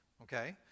Okay